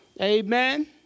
Amen